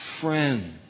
friend